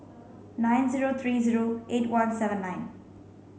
nine zero three zero eight one seven nine